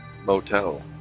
motel